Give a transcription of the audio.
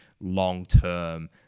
long-term